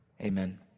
Amen